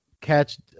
catch